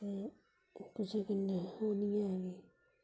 ते कुसै कन्नै एह् नी ऐ हैन